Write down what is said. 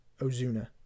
Ozuna